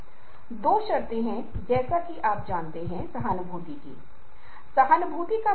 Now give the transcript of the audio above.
अगर आप पेंटिंग देख रहे हैं और मैं आपसे एक साधारण सवाल पूछूं आपको इसमे नेता कौन लगता है